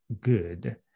good